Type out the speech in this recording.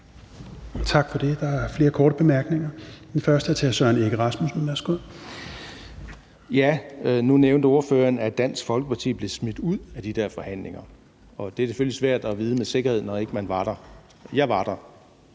Tak for det. Der er flere korte bemærkninger. Den første er til hr. Søren Egge Rasmussen. Værsgo. Kl. 11:54 Søren Egge Rasmussen (EL): Nu nævnte ordføreren, at Dansk Folkeparti blev smidt ud af de der forhandlinger. Og det er selvfølgelig svært at vide med sikkerhed, når man ikke var der. Jeg var der.